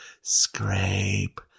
Scrape